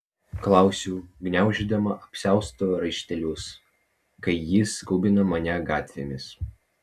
klausiu gniaužydama apsiausto raištelius kai jis skubina mane gatvėmis